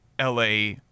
LA